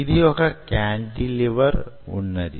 ఇక్కడ వొక కాంటిలివర్ వున్నది